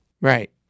Right